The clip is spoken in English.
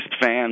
fans